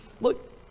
Look